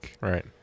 Right